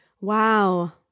Wow